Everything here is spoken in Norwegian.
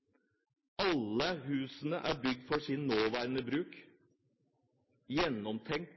Alle husene er bygd for deres nåværende bruk,